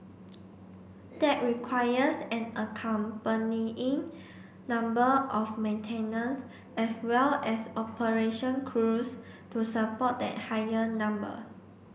that requires an accompanying number of maintenance as well as operation crews to support that higher number